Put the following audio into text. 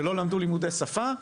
שלא למדו לימודי שפה,